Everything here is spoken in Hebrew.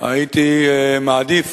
הייתי מעדיף